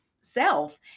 self